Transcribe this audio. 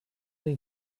den